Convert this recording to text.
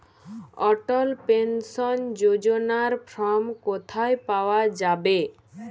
অটল pension যোজনার form কোথায় পাওয়া যাবে?